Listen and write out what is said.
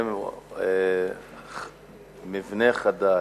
הם במבנה חדש,